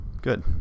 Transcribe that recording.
Good